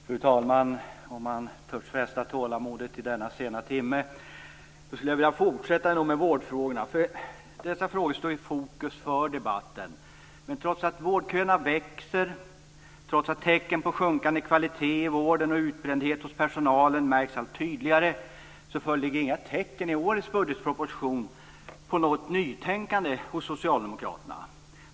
Fru talman! Törs jag fresta tålamodet denna sena timme? I så fall skulle jag vilja fortsätta med vårdfrågorna, som ju står i fokus för debatten. Trots att vårdköerna växer, trots att tecknen på sjunkande kvalitet i vården och utbrändhet hos personalen blir allt tydligare föreligger inga tecken i årets budgetproposition på ett nytänkande hos Socialdemokraterna.